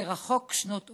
זה רחוק שנות אור.